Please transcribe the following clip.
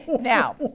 now